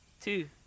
Two